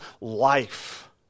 life